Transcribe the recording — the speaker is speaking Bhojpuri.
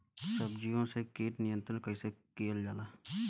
सब्जियों से कीट नियंत्रण कइसे कियल जा?